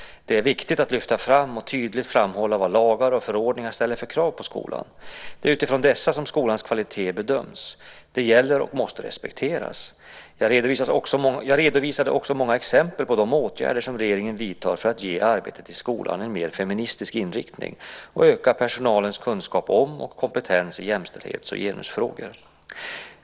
Det är viktigt att lyfta fram och tydligt framhålla vad lagar och förordningar ställer för krav på skolan. Det är utifrån dessa som skolans kvalitet bedöms. De gäller och måste respekteras. Jag redovisade också många exempel på de åtgärder som regeringen vidtar för att ge arbetet i skolan en mer feministisk inriktning och öka personalens kunskap om och kompetens i jämställdhets och genusfrågor.